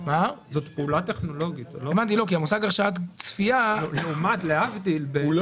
כי המושג "הרשאת צפייה" --- הוא לא